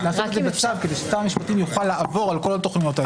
כדי ששר המשפטים יוכל לעבור על כל התכניות האלה.